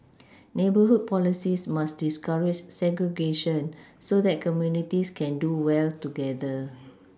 neighbourhood policies must discourage segregation so that communities can do well together